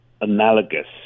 analogous